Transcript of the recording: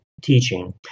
teaching